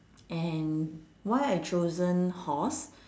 and why I chosen horse